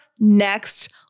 next